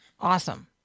Awesome